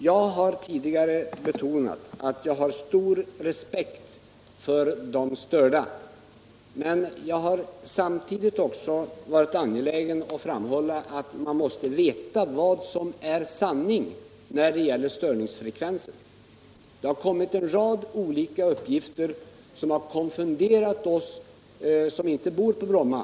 Jag har tidigare betonat att jag känner stor respekt för dem som blir störda av flygplansbullret, men jag har samtidigt varit angelägen att framhålla att man måste veta vad som är sanning när det gäller störningsfrekvensen. Det har kommit en rad olika uppgifter som har konfunderat oss som inte bor i Bromma.